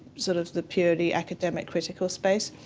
sort of the purely academic critical space.